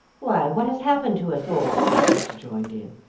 why, what has happened to us all! my sister joined in.